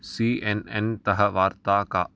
C N N तः वार्ता का